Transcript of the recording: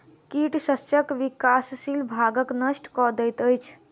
कीट शस्यक विकासशील भागक नष्ट कय दैत अछि